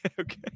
Okay